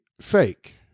fake